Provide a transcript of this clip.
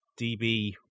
DB